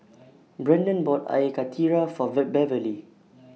Brendan bought Air Karthira For The Beverlee